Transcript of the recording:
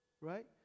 right